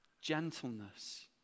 gentleness